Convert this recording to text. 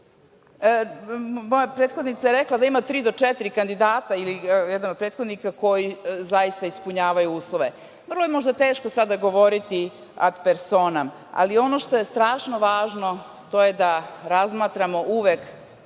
moja prethodnica je rekla da ima tri do četiri kandidata, ili jedan od prethodnika, koji zaista ispunjavaju uslove. Vrlo je možda teško, sada govoriti ad persona, ali ono što je strašno važno, to je da razmatramo uvek